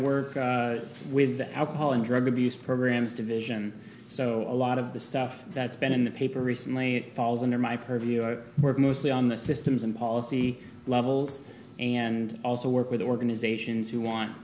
work with the alcohol and drug abuse programs division so a lot of the stuff that's been in the paper recently falls under my purview i work mostly on the systems and policy levels and also work with organizations who want